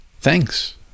Thanks